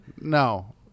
No